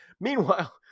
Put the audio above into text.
Meanwhile